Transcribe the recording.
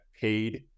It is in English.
paid